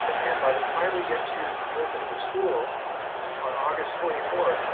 and by the time we get to the opening of school on august twenty fourth,